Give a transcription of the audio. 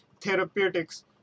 therapeutics